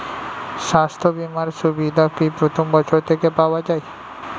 স্বাস্থ্য বীমার সুবিধা কি প্রথম বছর থেকে পাওয়া যায়?